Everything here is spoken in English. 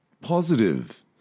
positive